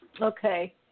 Okay